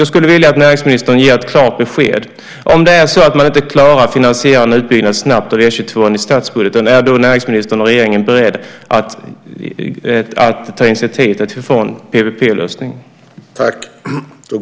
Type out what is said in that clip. Jag skulle vilja att näringsministern ger ett klart besked: Om man i statsbudgeten inte klarar att finansiera en utbyggnad av E 22:an snabbt, är då näringsministern och regeringen beredda att ta initiativ till en PPP-lösning?